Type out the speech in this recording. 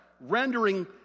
rendering